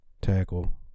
Tackle